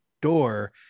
door